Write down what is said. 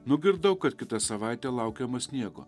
nugirdau kad kitą savaitę laukiama sniego